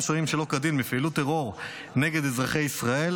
שוהים שלא כדין בפעילות טרור נגד אזרחי ישראל,